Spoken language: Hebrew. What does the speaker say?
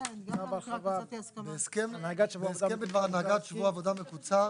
צו ההרחבה --- בהסכם בדבר הנהגת שבוע עבודה מקוצר